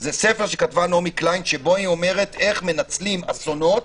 זה ספר שכתבה נעמי קליין שבו היא אומרת איך מנצלים אסונות